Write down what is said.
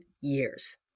years